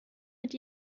mit